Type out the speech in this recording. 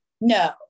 no